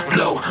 Blow